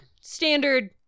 Standard